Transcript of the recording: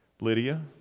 Lydia